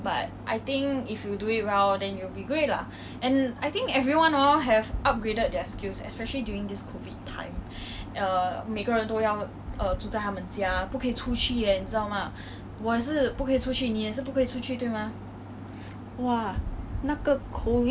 那个 COVID 的那个 C_B period ah I was so so so so sad 因为我是本身不喜欢在家呆住的一个人我一定要出去因为如果我在家没事我觉得 the pressure in the home right